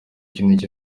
ibindi